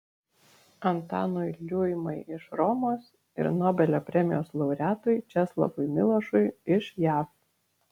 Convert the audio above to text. antanui liuimai iš romos ir nobelio premijos laureatui česlovui milošui iš jav